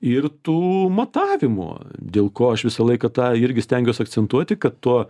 ir tų matavimų dėl ko aš visą laiką tą irgi stengiuos akcentuoti kad tuo